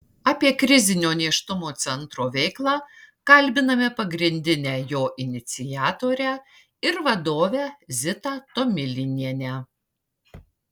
apie krizinio nėštumo centro veiklą kalbiname pagrindinę jo iniciatorę ir vadovę zitą tomilinienę